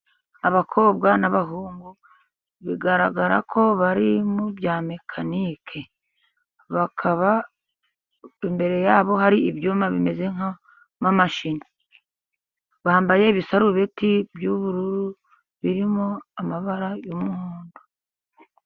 Abakobwa n'abahungu bigaragara ko bari mu bya mekanike. Bakaba imbere yabo hari ibyuma bimeze nk'amamashini. Bambaye ibisarubeti by'ubururu birimo amabara y'umuhondo.